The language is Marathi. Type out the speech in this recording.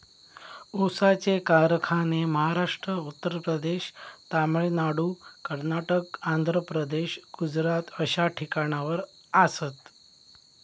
ऊसाचे कारखाने महाराष्ट्र, उत्तर प्रदेश, तामिळनाडू, कर्नाटक, आंध्र प्रदेश, गुजरात अश्या ठिकाणावर आसात